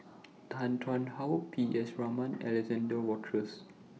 Tan Tarn How P S Raman and Alexander Wolters